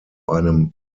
einem